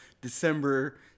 December